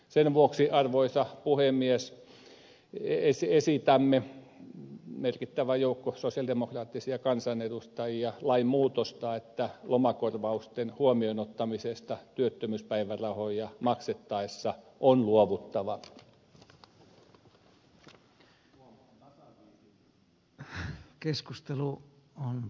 sen vuoksi arvoisa puhemies esitämme merkittävä joukko sosialidemokraattisia kansanedustajia lainmuutosta että lomakorvausten huomioon ottamisesta työttömyyspäivärahoja maksettaessa on luovuttava